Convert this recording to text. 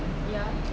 ya